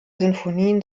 sinfonien